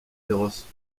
féroces